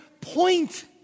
point